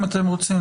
אם אתם רוצים,